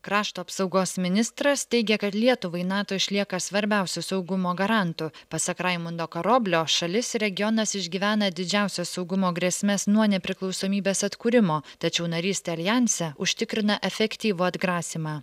krašto apsaugos ministras teigė kad lietuvai nato išlieka svarbiausiu saugumo garantu pasak raimundo karoblio šalis regionas išgyvena didžiausias saugumo grėsmes nuo nepriklausomybės atkūrimo tačiau narystė aljanse užtikrina efektyvų atgrasymą